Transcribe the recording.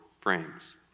frames